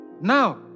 Now